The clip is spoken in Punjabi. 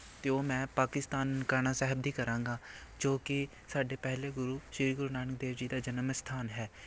ਅਤੇ ਉਹ ਮੈਂ ਪਾਕਿਸਤਾਨ ਨਨਕਾਣਾ ਸਾਹਿਬ ਦੀ ਕਰਾਂਗਾ ਜੋ ਕਿ ਸਾਡੇ ਪਹਿਲੇ ਗੁਰੂ ਸ਼੍ਰੀ ਗੁਰੂ ਨਾਨਕ ਦੇਵ ਜੀ ਦਾ ਜਨਮ ਅਸਥਾਨ ਹੈ